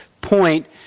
point